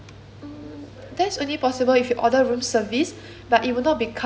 that's only possible if you order room service but it will not be covered under